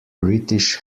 british